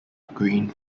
evergreen